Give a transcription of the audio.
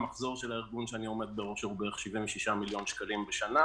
המחזור של הארגון שאני עומד בראשו הוא בערך 76 מיליון שקלים בשנה,